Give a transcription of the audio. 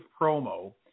promo